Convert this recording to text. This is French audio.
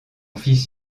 fils